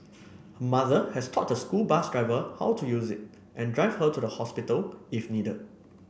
her mother has taught the school bus driver how to use it and drive her to the hospital if needed